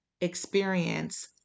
experience